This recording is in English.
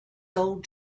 old